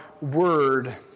word